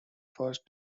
first